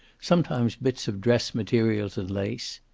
sometimes bits of dress materials and lace.